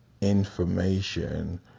information